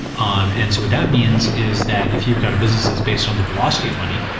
um and so that means is that if you've got a business that's based on the velocity of money,